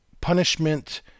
punishment –